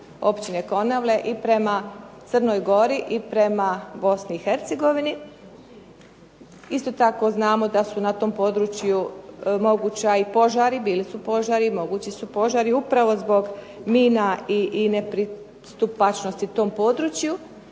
općine Konavle i prema Crnoj Gori i prema Bosni i Hercegovini. Isto tako znamo da su na tom području mogući i požari, bili su požari, mogući su požari, upravo zbog mina i nepristupačnosti tom području.